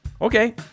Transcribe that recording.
Okay